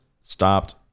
stopped